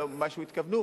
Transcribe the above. מה הם התכוונו.